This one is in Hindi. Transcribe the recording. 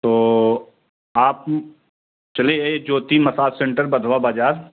तो आप चले आइए ज्योति मसाज सेंटर बधवा बाज़ार